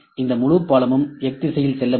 இந்த முழு பாலமும் X திசையில் செல்ல முடியும்